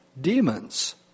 demons